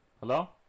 Hello